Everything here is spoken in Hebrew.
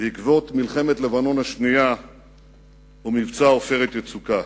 בעקבות מלחמת לבנון השנייה ומבצע "עופרת יצוקה".